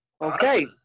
Okay